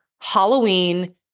Halloween